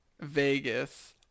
Vegas